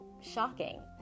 shocking